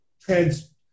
trans